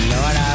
Lord